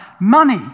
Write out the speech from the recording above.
money